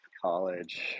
College